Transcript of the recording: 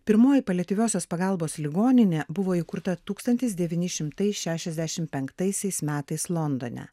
pirmoji paliatyviosios pagalbos ligoninė buvo įkurta tūkstantis devyni šimtai šešiasdešim penktaisiais metais londone